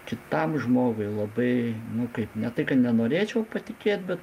kitam žmogui labai nu kaip ne tai kad nenorėčiau patikėt bet